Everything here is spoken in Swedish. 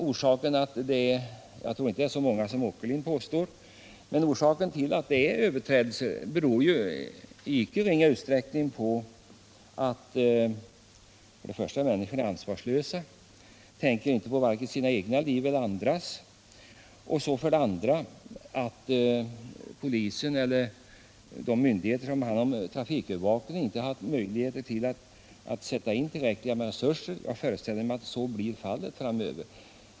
Jag tror inte att de är så många som herr Åkerlind anger, men orsaken till överträdelserna är i icke ringa mån för det första att människor är ansvarslösa; de tänker varken på sina egna liv eller på andras. För det andra har polisen och övriga myndigheter som sköter trafikövervakningen inte haft möjligheter att sätta in tillräckliga resurser. Jag föreställer mig att det blir bättre framöver.